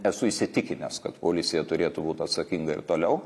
esu įsitikinęs kad policija turėtų būt atsakinga ir toliau